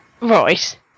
Right